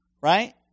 Right